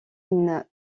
une